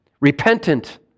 Repentant